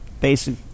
basic